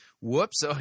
Whoops